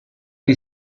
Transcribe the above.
gli